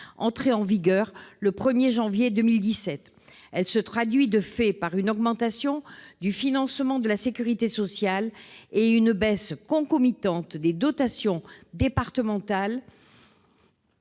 entrée en vigueur le 1 janvier 2017. Celle-ci se traduit, de fait, par une augmentation du financement de la sécurité sociale et une baisse concomitante des dotations départementales.